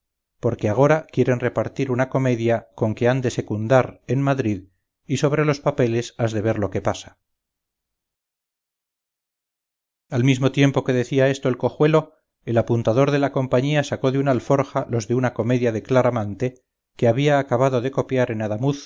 porque agora quieren repartir una comedia con que han de secundar en madrid y sobre los papeles has de ver lo que pasa al mismo tiempo que decía esto el cojuelo el apuntador de la compañía sacó de un alforja los de una comedia de claramonte que había acabado de copiar en